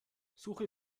suche